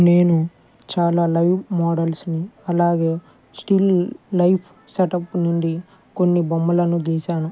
నేను చాలా లైవ్మోడల్స్ని అలాగే స్టిల్ లైఫ్ సెటప్ నుండి కొన్ని బొమ్మలను గీశాను